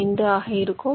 5 ஆக இருக்கும்